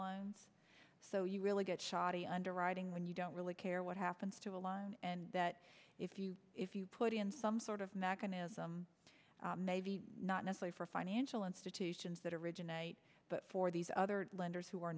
lines so you really get shoddy underwriting when you don't really care what happens to align and that if you if you put in some sort of mechanism maybe not necessary for financial institutions that originate but for these other lenders who are